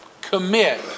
Commit